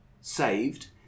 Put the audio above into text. saved